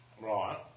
right